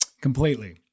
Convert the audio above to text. completely